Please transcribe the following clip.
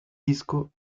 disco